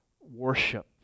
worship